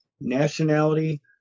nationality